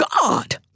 God